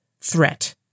Threat